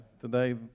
Today